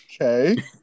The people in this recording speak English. Okay